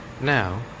Now